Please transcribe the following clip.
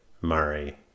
Murray